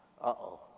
Uh-oh